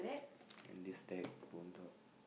and this stack put on top